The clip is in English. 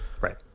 Right